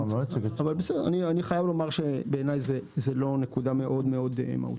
בעיני זו לא נקודה מאוד מאוד מהותית.